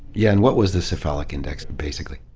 yeah, and what was the cephalic index, basically?